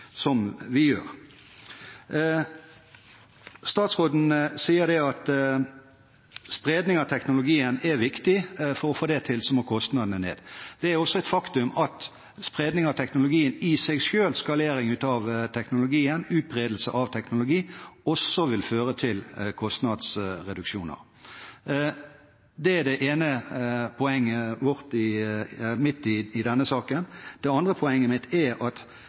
vi gjør. Statsråden sier at spredning av teknologien er viktig. For å få det til må kostnadene ned. Det er også et faktum at spredning av teknologien i seg selv – skalering av teknologien, utbredelse av teknologi – også vil føre til kostnadsreduksjoner. Det er det ene poenget mitt i denne saken. Det andre poenget mitt er at